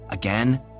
Again